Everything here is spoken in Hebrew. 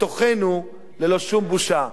בתוכנו, ללא שום בושה.